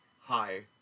Hi